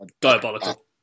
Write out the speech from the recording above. Diabolical